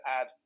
add